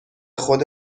خود